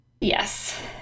Yes